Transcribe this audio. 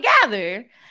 together